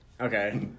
Okay